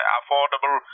affordable